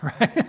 right